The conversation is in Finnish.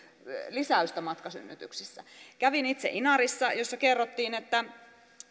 lisäystä matkasynnytyksissä kävin itse inarissa jossa kerrottiin että